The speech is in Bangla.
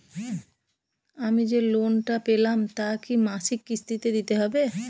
আমি যে লোন টা পেলাম তা কি মাসিক কিস্তি তে দিতে হবে?